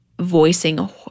voicing